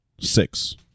Six